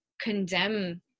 condemn